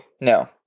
No